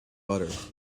butter